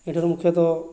ଏଠାରେ ମୁଖ୍ୟତଃ